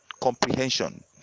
comprehension